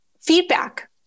feedback